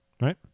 Right